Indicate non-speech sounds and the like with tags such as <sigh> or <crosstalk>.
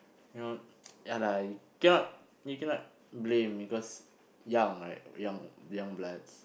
you know <noise> ya lah you cannot you cannot blame because young right or young young bloods